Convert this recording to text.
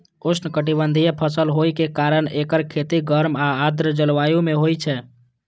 उष्णकटिबंधीय फसल होइ के कारण एकर खेती गर्म आ आर्द्र जलवायु मे होइ छै